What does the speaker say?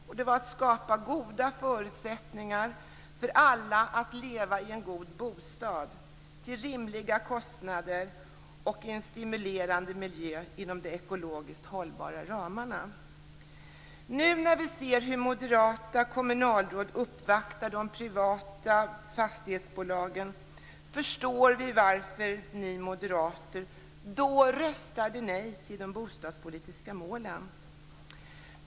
Det var fråga om att skapa goda förutsättningar för alla att leva i en god bostad till rimliga kostnader och i en stimulerande miljö inom de ekologiskt hållbara ramarna. Nu när vi ser hur moderata kommunalråd uppvaktar de privata fastighetsbolagen, förstår vi varför ni moderater då röstade nej till de bostadspolitiska målen.